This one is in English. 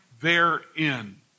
therein